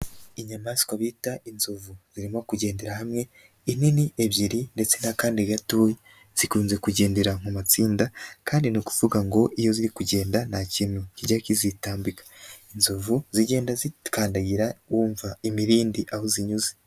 Inyamaswa bita inzovu zirimo kugendera hamwe inini ebyiri, ndetse n'akandi gato zikunze kugendera mu matsinda, kandi ni ukuvuga ngo iyo ziri kugenda nta kintu kijya kizitambika. Inzovu zigenda zikandagira wumva imirindi aho zinyuze.